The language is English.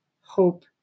hope